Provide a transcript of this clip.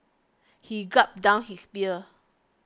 he gulped down his beer